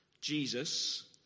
Jesus